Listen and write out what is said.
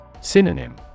Synonym